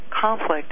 conflict